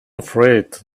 afraid